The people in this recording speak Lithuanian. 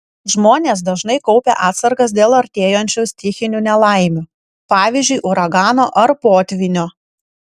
žmonės dažnai kaupia atsargas dėl artėjančių stichinių nelaimių pavyzdžiui uragano ar potvynio